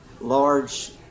large